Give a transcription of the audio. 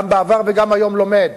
גם בעבר וגם היום, לומד.